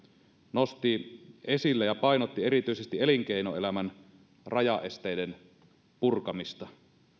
nosti esille ja painotti erityisesti elinkeinoelämän rajaesteiden purkamista